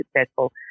successful